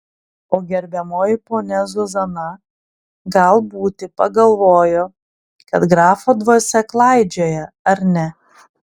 o gerbiamoji ponia zuzana gal būti pagalvojo kad grafo dvasia klaidžioja ar ne